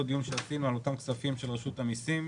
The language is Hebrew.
דיון שעשינו על אותם כספים של רשות המיסים.